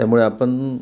त्यामुळे आपण